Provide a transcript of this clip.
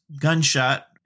gunshot